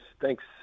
Thanks